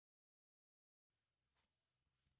CASA ಬಡ್ಡಿ ಎಂದರೇನು?